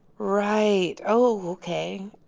right. oh, ok.